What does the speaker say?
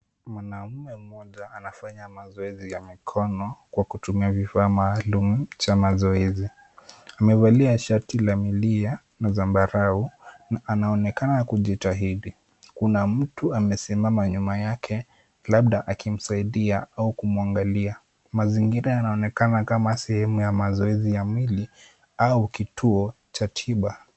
Mwanaume mmoja anafanya mazoezi ya mikono kwa kutumia vifaa maalum cha mazoezi, amevalia shati la milia na zambarau, anaonekana kujitahidi. Kuna mtu amesimama nyuma yake labda akimsaidia au kumwangalia. Mazingira yanaonekana kama sehemu ya mazoezi ya mwili au kituo cha tiba.